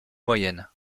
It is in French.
moyenne